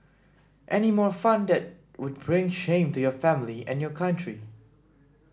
any more fun that would bring shame to your family and your country